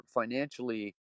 financially